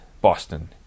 Boston